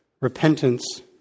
repentance